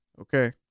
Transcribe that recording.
Okay